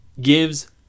gives